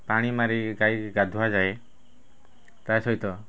ପାଣି ମାରି ଗାଈ ଗାଧୁଆ ଯାଏ ତା'ସହିତ